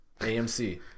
AMC